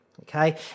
okay